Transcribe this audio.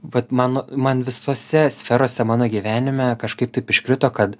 vat man man visose sferose mano gyvenime kažkaip taip iškrito kad